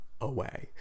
away